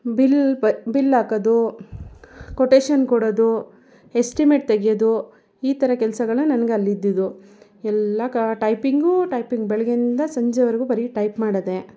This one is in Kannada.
ಬಿಲ್ ಪ ಬಿಲ್ ಹಾಕೋದು ಕೊಟೇಷನ್ ಕೊಡೊದು ಎಸ್ಟಿಮೇಟ್ ತೆಗೆಯೋದು ಈ ಥರ ಕೆಲಸಗಳೇ ನಂಗೆ ಅಲ್ಲಿ ಇದ್ದಿದ್ದು ಎಲ್ಲ ಕ ಟೈಪಿಂಗು ಟೈಪಿಂಗ್ ಬೆಳಗ್ಗೆಯಿಂದ ಸಂಜೆವರೆಗೂ ಬರೀ ಟೈಪ್ ಮಾಡದೆ